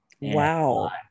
Wow